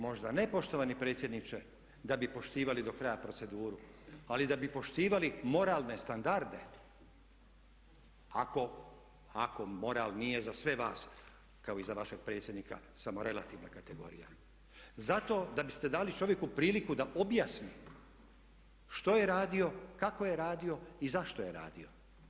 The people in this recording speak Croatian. Možda ne poštovani predsjedniče da bi poštivali do kraja proceduru ali da bi poštivali moralne standarde ako moral nije za sve vas kao i za vašeg predsjednika samo relativna kategorija, zato da biste dali čovjeku priliku da objasni što je radio, kako je radio i zašto je radio.